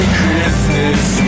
Christmas